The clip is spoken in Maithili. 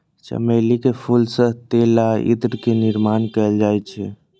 चमेली के फूल सं तेल आ इत्र के निर्माण कैल जाइ छै